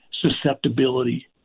susceptibility